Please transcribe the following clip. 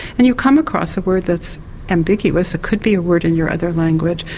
and you come across a word that's ambiguous, it could be a word in your other language,